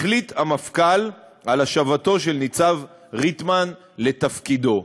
החליט המפכ"ל על השבתו של ניצב ריטמן לתפקידו.